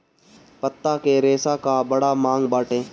पत्ता के रेशा कअ बड़ा मांग बाटे